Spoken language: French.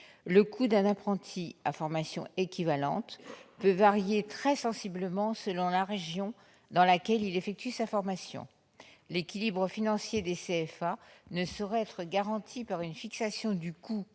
Le coût d'un apprenti, à formation équivalente, peut varier très sensiblement selon la région dans laquelle il suit sa formation. L'équilibre financier des CFA ne saurait être garanti par une fixation du coût